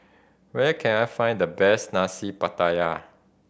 where can I find the best Nasi Pattaya